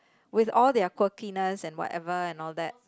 with all their quirkiness and whatever and all that